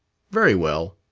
very well.